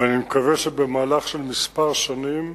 ואני מקווה שבמהלך של כמה שנים,